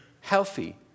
healthy